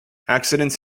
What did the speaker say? accidents